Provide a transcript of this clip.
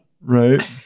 Right